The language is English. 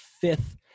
fifth